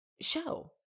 show